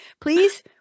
Please